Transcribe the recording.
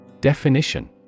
Definition